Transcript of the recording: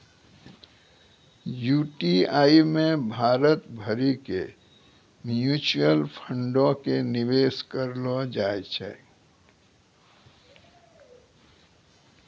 UTI मे भारत भरि के म्यूचुअल फंडो के निवेश करलो जाय छै